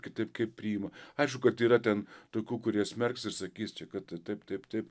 kitaip kaip priima aišku kad yra ten tokių kurie smerks ir sakys čia kad taip taip taip